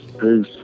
Peace